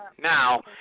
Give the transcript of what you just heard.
Now